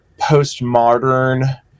postmodern